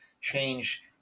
change